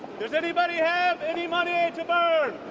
does anybody have any money to burn?